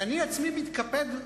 אני עצמי מתקפד,